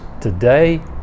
today